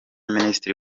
minisitiri